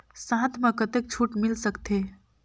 साथ म कतेक छूट मिल सकथे?